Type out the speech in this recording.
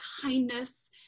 kindness